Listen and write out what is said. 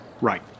Right